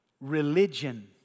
Religion